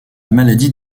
maladie